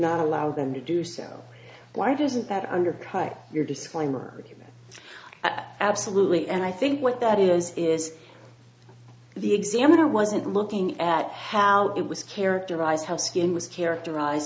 not allow them to do so why doesn't that undercut your disclaimer at absolutely and i think what that is is the examiner wasn't looking at how it was characterized how skin was characterize